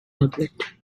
tablet